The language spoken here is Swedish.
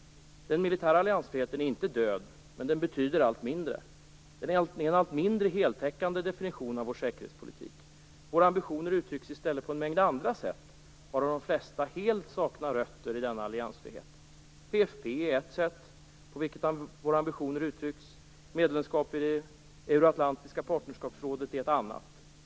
Den militära alliansfriheten är inte död, men den betyder allt mindre. Den är en allt mindre heltäckande definition av vår säkerhetspolitik. Våra ambitioner uttrycks i stället på en mängd andra sätt, varav de flesta helst saknar rötter i denna alliansfrihet. PFF är ett sätt på vilket våra ambitioner uttrycks, och medlemskap i det euro-atlantiska partnerskapsrådet är ett annat.